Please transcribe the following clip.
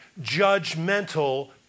judgmental